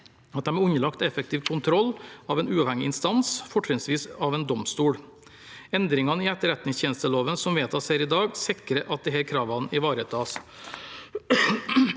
at de er underlagt effektiv kontroll av en uavhengig instans, fortrinnsvis av en domstol. Endringene i etterretningstjenesteloven som vedtas her i dag, sikrer at disse kravene ivaretas.